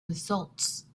results